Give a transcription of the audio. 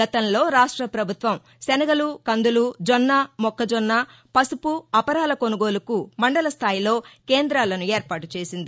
గతంలో రాష్ట ప్రభుత్వం శనగలు కందులు జొన్న మొక్కజొన్న పసువు అపరాల కొనుగోలుకు మండల స్థాయిలో కేంద్రాలను ఏర్పాటుచేసింది